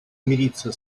мириться